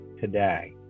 today